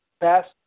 best